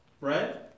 Right